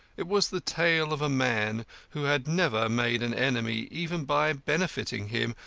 it was the tale of a man who had never made an enemy even by benefiting him,